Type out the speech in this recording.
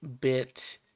bit